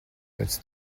pēc